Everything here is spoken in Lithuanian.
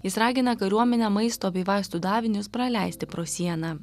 jis ragina kariuomenę maisto bei vaistų davinius praleisti pro sieną